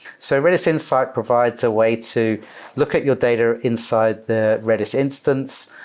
so redis insight provides a way to look at your data inside the redis instance,